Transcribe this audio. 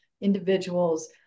individuals